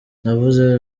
ntavuze